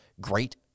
great